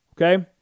Okay